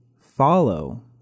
follow